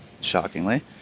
shockingly